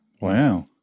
Wow